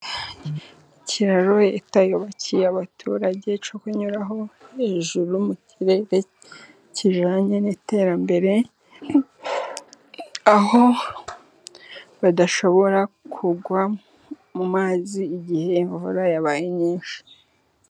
Ikiraro leta yubakiye abaturage cyo kunyuraho hejuru mu kirere kijyanye n'iterambere, aho badashobora kugwa mu mazi igihe imvura yabaye nyinshi.